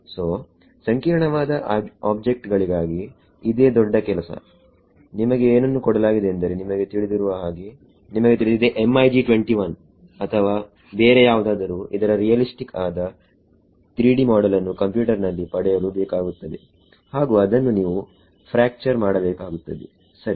so ಸಂಕೀರ್ಣವಾದ object ಗಳಿಗಾಗಿ ಇದೇ ದೊಡ್ಡ ಕೆಲಸ ನಿಮಗೆ ಏನನ್ನು ಕೊಡಲಾಗಿದೆ ಎಂದರೆ ನಿಮಗೆ ತಿಳಿದಿರುವ ಹಾಗೆ ನಿಮಗೆ ತಿಳಿದಿದೆ MiG 21 ಅಥವಾ ಬೇರೆ ಯಾವುದಾದರು ಇದರ ರಿಯಲಿಸ್ಟಿಕ್ ಆದ 3D ಮೋಡೆಲ್ ನ್ನು ಕಂಪ್ಯೂಟರ್ ನಲ್ಲಿ ಪಡೆಯಲು ಬೇಕಾಗುತ್ತದೆ ಹಾಗು ಅದನ್ನು ನೀವು ಫ್ರ್ಯಾಕ್ಚರ್ ಮಾಡಬೇಕಾಗುತ್ತದೆ ಸರಿ